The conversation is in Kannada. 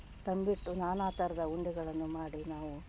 ತಂಬಿಟ್ಟು ನಾನಾ ಥರದ ಉಂಡೆಗಳನ್ನು ಮಾಡಿ ನಾವು